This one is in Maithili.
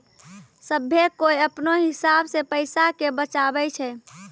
सभ्भे कोय अपनो हिसाब से पैसा के बचाबै छै